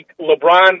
LeBron